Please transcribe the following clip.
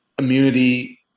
immunity